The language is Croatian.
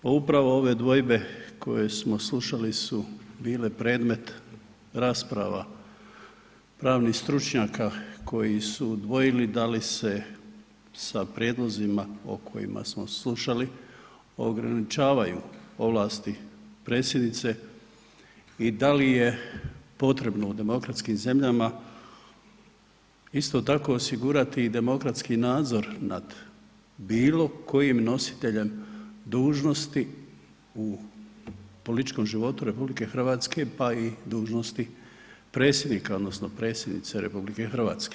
Pa upravo ove dvojbe koje smo slušali su bile predmet rasprava pravnih stručnjaka koji su dvojili da li se sa prijedlozima o kojima smo slušali ograničavaju ovlasti predsjednice i da li je potrebno u demokratskim zemljama isto tako osigurati i demokratski nadzor nad bilo kojim nositeljem dužnosti u političkom životu RH pa i dužnosti predsjednika odnosno predsjednice RH.